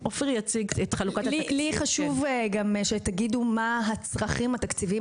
חשוב לי שתגידו מה הצרכים התקציביים